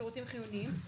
שירותים חיוניים,